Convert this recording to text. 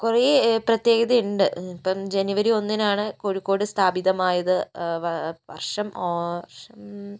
കുറേ പ്രത്യേകതയുണ്ട് ഇപ്പോൾ ജനുവരി ഒന്നിനാണ് കോഴിക്കോട് സ്ഥാപിതമായത് വർഷം വർഷം